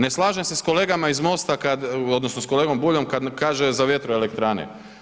Ne slažem se s kolegama iz MOST-a kad odnosno s kolegom Buljom kad nam kaže za vjetroelektrane.